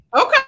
Okay